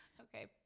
Okay